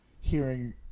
hearing